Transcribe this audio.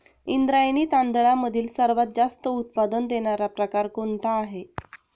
इंद्रायणी तांदळामधील सर्वात जास्त उत्पादन देणारा प्रकार कोणता आहे?